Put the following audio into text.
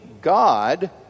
God